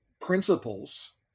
principles